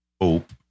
Hope